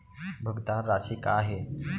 भुगतान राशि का हे?